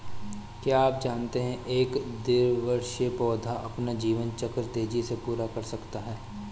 क्या आप जानते है एक द्विवार्षिक पौधा अपना जीवन चक्र तेजी से पूरा कर सकता है?